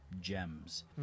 gems